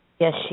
Yes